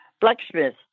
blacksmith